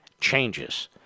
changes